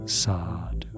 sad